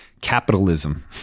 capitalism